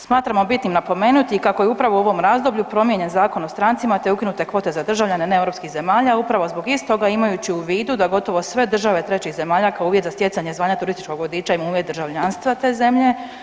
Smatramo bitnim napomenuti kako je upravo u ovom razdoblju promijenjen Zakon o strancima te ukinute kvote za državljane neeuropskih zemalja upravo zbog istoga, imajući u vidu da gotovo sve države trećih zemalja kao uvjet za stjecanje zvanja turističkog vodiča, imaju uvjet državljanstva te zemlje.